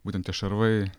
būtent tie šarvai